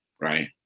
right